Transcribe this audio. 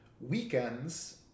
Weekends